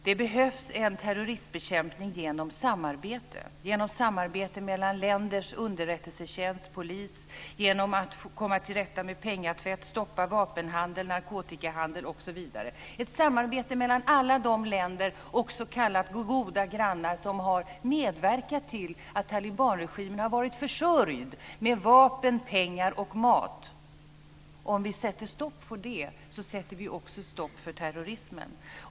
Det behövs en terroristbekämpning genom samarbete mellan länders underrättelsetjänst och polis, genom att komma till rätta med pengatvätt och stoppa vapenhandel, narkotikahandel osv. Det behövs ett samarbete mellan alla de länder och s.k. goda grannar som har medverkat till att talibanregimen har varit försörjd med vapen, pengar och mat. Om vi sätter stopp för detta, sätter vi också stopp för terrorismen.